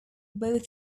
both